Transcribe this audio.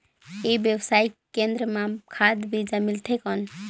ई व्यवसाय केंद्र मां खाद बीजा मिलथे कौन?